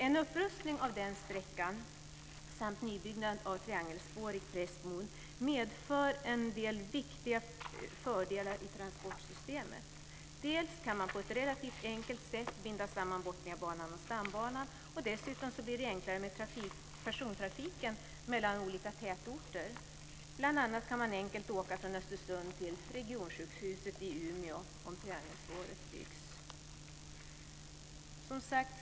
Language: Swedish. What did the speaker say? En upprustning av den sträckan samt en nybyggnad av ett triangelspår i Prästmon medför en del viktiga fördelar i transportsystemet. Bl.a. kan man på ett relativt enkelt sätt binda samman Botniabanan och Stambanan. Dessutom blir det enklare med persontrafiken mellan olika tätorter. Bl.a. kan man enkelt åka från Östersund till regionsjukhuset i Umeå om triangelspåret byggs.